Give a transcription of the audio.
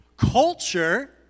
culture